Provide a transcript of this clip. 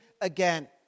again